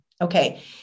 okay